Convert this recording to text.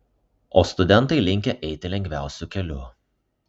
o studentai linkę eiti lengviausiu keliu